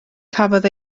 cafodd